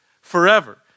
forever